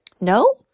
no